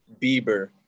Bieber